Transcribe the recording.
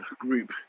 group